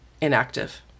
inactive